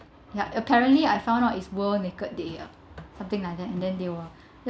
ya apparently I found out it's world naked day uh something like that and then there were